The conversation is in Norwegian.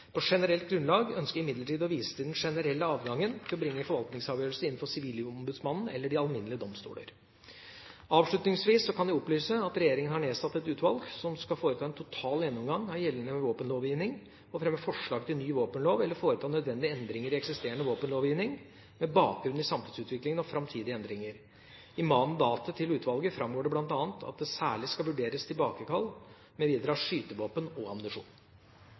På generelt grunnlag ønsker jeg imidlertid å vise til den generelle adgangen til å bringe forvaltningsavgjørelser inn for Sivilombudsmannen eller de alminnelige domstoler. Avslutningsvis kan jeg opplyse at regjeringa har nedsatt et utvalg som skal foreta en total gjennomgang av gjeldende våpenlovgivning og fremme forslag til ny våpenlov, eller foreta nødvendige endringer i eksisterende våpenlovgivning, med bakgrunn i samfunnsutviklingen og framtidige utfordringer. I mandatet til utvalget framgår det bl.a. at det særlig skal vurderes tilbakekall mv. av skytevåpen og